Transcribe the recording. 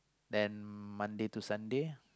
then Monday to Sunday